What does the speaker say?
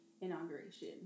inauguration